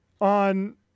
on